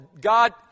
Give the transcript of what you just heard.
God